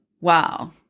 Wow